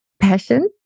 passion